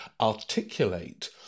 articulate